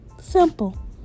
Simple